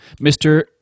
Mr